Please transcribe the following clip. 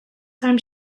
time